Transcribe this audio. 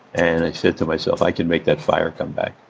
and i said to myself, i can make that fire come back,